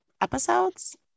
episodes